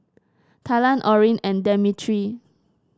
Talan Orrin and Demetri